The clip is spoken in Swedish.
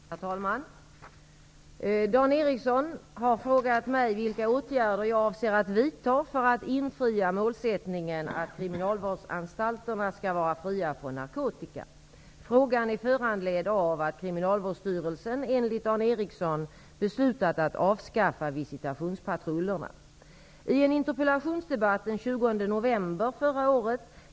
Herr talman! Dan Ericsson i Kolmården har frågat mig vilka åtgärder jag avser att vidta för att infria målsättningen att kriminalvårdsanstalterna skall vara fria från narkotika. Frågan är föranledd av att Kriminalvårdsstyrelsen enligt Dan Ericsson beslutat att avskaffa visitationspatrullerna.